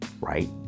right